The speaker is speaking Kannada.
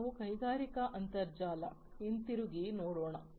ಈಗ ನಾವು ಕೈಗಾರಿಕಾ ಅಂತರ್ಜಾಲಕ್ಕೆ ಹಿಂತಿರುಗಿ ನೋಡೋಣ